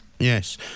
Yes